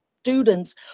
students